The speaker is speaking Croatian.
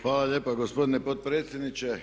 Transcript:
Hvala lijepa gospodine potpredsjedniče.